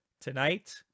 Tonight